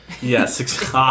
Yes